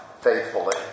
faithfully